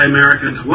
Americans